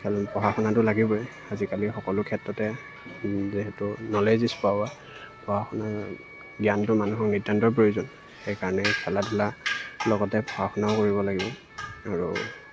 পঢ়া শুনাটো লাগিবই আজিকালি সকলো ক্ষেত্ৰতে যিহেতু নলেজ ইজ পাৱাৰ পঢ়া শুনাৰ জ্ঞানটো মানুহৰ নিতান্তই প্ৰয়োজন সেইকাৰণে খেলা ধূলাৰ লগতে পঢ়া শুনাও কৰিব লাগিব আৰু